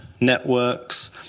networks